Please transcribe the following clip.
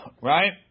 Right